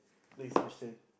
next question